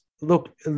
Look